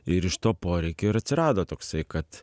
ir iš to poreikio ir atsirado toksai kad